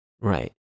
right